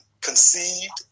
conceived